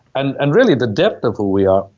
and and really the depth of who we are,